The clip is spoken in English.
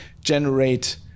generate